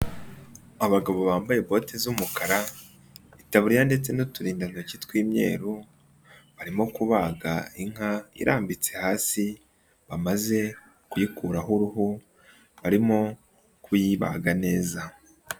Abagabo bambaye boti z'umukara, itaburiya ndetse n'uturindantoki tw'imyeru barimo kubaga inka irambitse hasi bamaze kuyikuraho uruhu barimo kuyibaga neza.